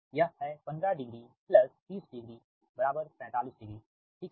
यह है 150 300 450 ठीक है